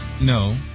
No